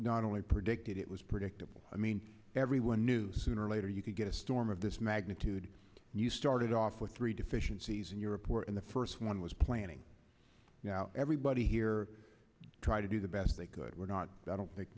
not only predicted it was predictable i mean everyone knew sooner or later you could get a storm of this magnitude and you started off with three deficiencies in europe were in the first one was planning now everybody here trying to do the best they could we're not i don't think